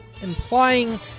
implying